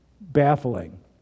baffling